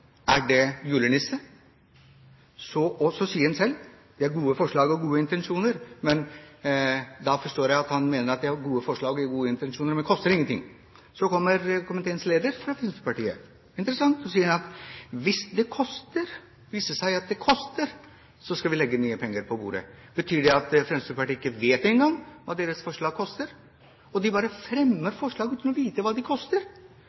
Er det julenissen? Så sier man selv at det er gode forslag og gode intensjoner. Da forstår jeg at han mener at det er gode forslag og gode intensjoner, men det koster ingenting. Så kommer komiteens leder fra Fremskrittspartiet – noe som er interessant – og sier: Hvis det viser seg at det koster, skal vi legge nye penger på bordet. Betyr det at Fremskrittspartiet ikke engang vet hva deres forslag koster? De bare fremmer forslag uten å vite hva de koster,